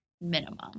minimum